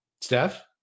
Steph